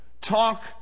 talk